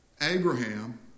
Abraham